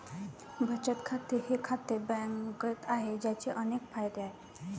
बचत खाते हे खाते बँकेत आहे, ज्याचे अनेक फायदे आहेत